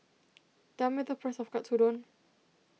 tell me the price of Katsudon